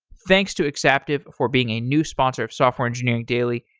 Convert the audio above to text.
thanks to exaptive for being a new sponsor of software engineering daily.